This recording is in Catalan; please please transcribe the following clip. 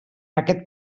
aquest